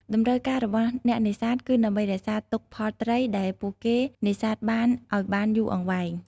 តម្រូវការរបស់អ្នកនេសាទគឺដើម្បីរក្សាទុកផលត្រីដែលពួកគេនេសាទបានឱ្យបានយូរអង្វែង។